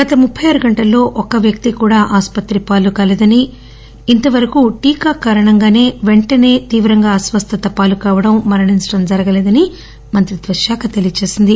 గత ముప్పె ఆరు గంటల్లో ఒక్క వ్యక్తి కూడా ఆస్పత్రి పాలు కాలేదని ఇంతవరకు టీకా కారణంగాసే పెంటసే తీవ్రంగా అస్వస్థత పాలుకావడం మరణించడం జరగలేదని మంత్రిత్వ శాఖ చెప్పింది